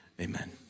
amen